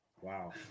Wow